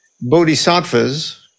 bodhisattvas